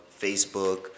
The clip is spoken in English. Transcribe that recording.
Facebook